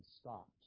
stopped